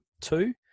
Two